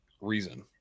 reason